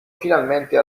finalmente